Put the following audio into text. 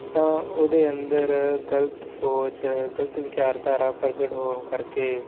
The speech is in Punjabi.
ਤਾਂ ਉਹਦੇ ਅੰਦਰ ਗਲਤ ਸੋਚ ਗਲਤ ਵਿਚਾਰਧਾਰਾ ਪ੍ਰਗਟ ਹੋਣ ਕਰਕੇ